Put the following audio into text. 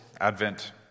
Advent